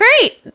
great